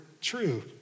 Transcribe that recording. true